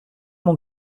mon